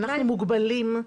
אנחנו מוגבלים,